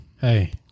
Hey